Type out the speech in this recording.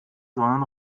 sondern